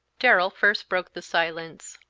darrell first broke the silence.